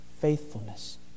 faithfulness